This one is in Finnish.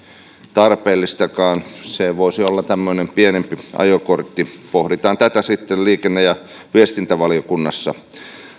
tarpeellistakaan se voisi olla tämmöinen pienempi ajokortti pohditaan tätä sitten liikenne ja viestintävaliokunnassa